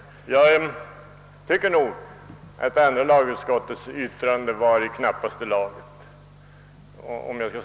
Om jag skall säga min mening tycker jag nog att andra lagutskottets yttrande var i knappaste laget.